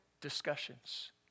Discussions